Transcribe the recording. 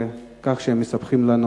שמספקים לנו